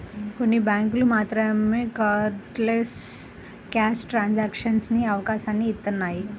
కొన్ని బ్యేంకులు మాత్రమే కార్డ్లెస్ క్యాష్ ట్రాన్సాక్షన్స్ కి అవకాశాన్ని ఇత్తన్నాయి